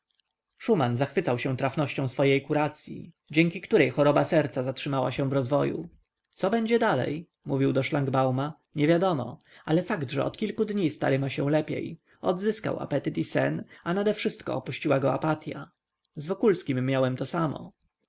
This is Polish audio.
szuman zachwycał się trafnością swojej kuracyi dzięki której choroba serca zatrzymała się w rozwoju co będzie dalej mówił do szlangbauma nie wiadomo ale fakt że od kilku dni stary ma się lepiej odzyskał apetyt i sen a nade wszystko opuściła go apatya z wokulskim miałem to samo